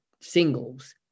singles